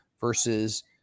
versus